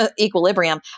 equilibrium